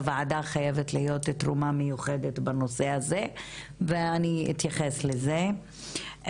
לוועדה חייבת להיות תרומה מיוחדת בנושא הזה ואני אתייחס לזה.